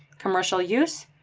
commercial use?